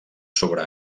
sobre